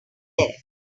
there